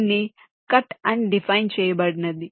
దీన్ని కట్ అని డిఫైన్ చేయబడింది